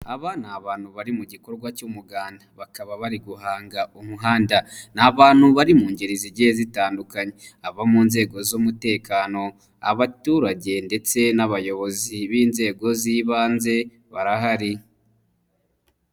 Aba ni abantu bari mu gikorwa cy'umuganda, bakaba bari guhanga umuhanda, ni abantu bari mu ngeri zigiye zitandukanye, abo mu nzego z'umutekano, abaturage ndetse n'abayobozi b'inzego z'ibanze, barahari.